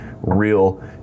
real